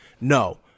No